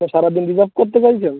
তো সারাদিন রিজার্ভ করতে চাইছেন